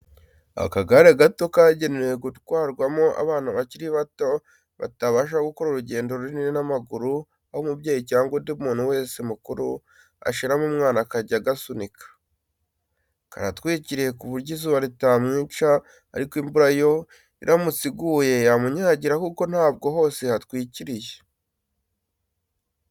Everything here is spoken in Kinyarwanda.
Akagare gato kagenewe gutwarwamo abana bakiri bato, batabasha gukora urugendo runini n'amaguru aho umubyeyi cyangwa undi muntu wese mukuru ashyiramo umwana akajya agasunika. Karatwikiriye ku buryo izuba ritamwica ariko imvura yo iramutse iguye yamunyagira kuko ntabwo hose hatwikiriye.